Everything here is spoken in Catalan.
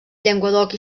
llenguadoc